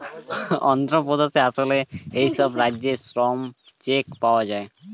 অন্ধ্রপ্রদেশ, আসাম এই সব রাজ্যে শ্রম চেক পাওয়া যায়